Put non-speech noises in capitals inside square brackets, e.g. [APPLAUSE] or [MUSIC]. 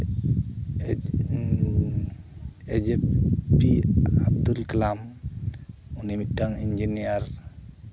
[UNINTELLIGIBLE] ᱛᱩᱞ ᱠᱟᱞᱟᱢ ᱩᱱᱤ ᱢᱤᱫᱴᱟᱱ ᱤᱧᱡᱤᱱᱤᱭᱟᱨ